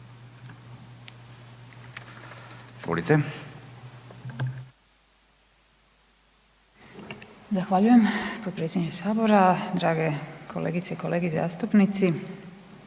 Zahvaljujem potpredsjedniče sabora, drage kolegice i kolege zastupnici.